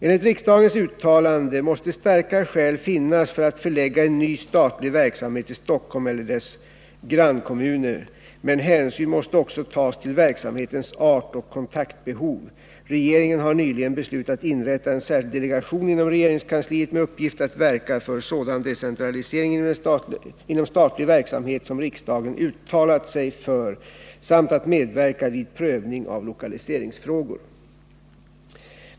Enligt riksdagens uttalande måste starka skäl finnas för att förlägga ny statlig verksamhet till Stockholm eller dess grannkommuner, men hänsyn måste också tas till verksamhetens ert och kontaktbehov. Regeringen har nyligen beslutat inrätta en särskild delegation inom regeringskansliet med uppgift att verka för sådan decentralisering inom statlig verksamhet som riksdagen uttalat sig för samt att medverka vid prövning av lokaliseringsfrågor.